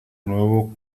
nuevo